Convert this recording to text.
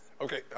Okay